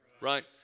right